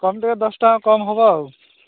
କମ୍ ଟିକେ ଦଶ ଟଙ୍କା କମ୍ ହେବ ଆଉ